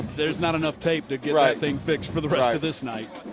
there's not enough tape to get that thing fixed for the rest of this night.